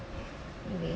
maybe